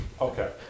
Okay